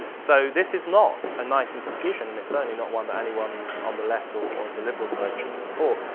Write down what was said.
so, this is not a nice institution, and it's certainly not one that anyone on the left or on and the liberal side should support.